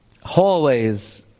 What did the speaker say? hallways